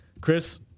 chris